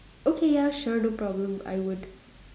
okay ya sure no problem I would